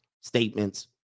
statements